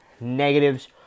negatives